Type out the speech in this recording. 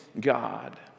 God